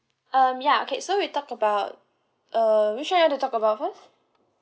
um ya okay so we talk about uh you share you want to talk about first